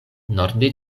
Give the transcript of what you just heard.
norde